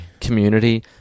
community